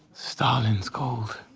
stalin's called.